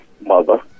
mother